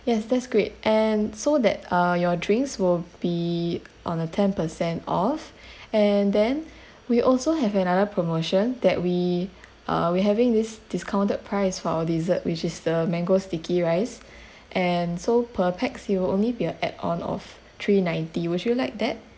yes that's great and so that uh your drinks will be on a ten per cent off and then we also have another promotion that we uh we having this discounted price for our dessert which is the mango sticky rice and so per pax it will only be a add on of three ninety would you like that